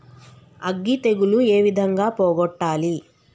అగ్గి తెగులు ఏ విధంగా పోగొట్టాలి?